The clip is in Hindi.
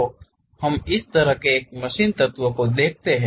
तो हम इस तरह के एक मशीन तत्व को देखते हैं